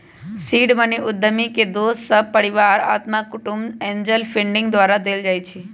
seed money उद्यमी के दोस सभ, परिवार, अत्मा कुटूम्ब, एंजल फंडिंग द्वारा देल जाइ छइ